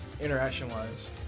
interaction-wise